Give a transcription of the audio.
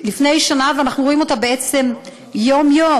לפני שנה, ואנחנו רואים בעצם יום-יום,